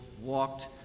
walked